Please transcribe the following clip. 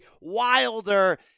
Wilder